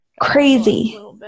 crazy